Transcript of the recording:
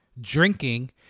drinking